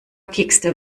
kiekste